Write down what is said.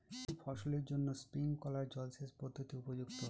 কোন ফসলের জন্য স্প্রিংকলার জলসেচ পদ্ধতি উপযুক্ত?